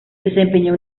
desempeñó